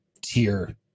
tier